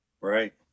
Right